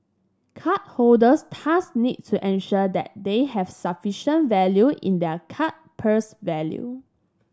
card holders thus need to ensure that they have sufficient value in their card's purse value